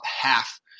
half